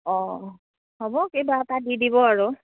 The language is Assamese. অঁ হ'ব কিবা এটা দি দিব আৰু